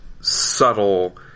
subtle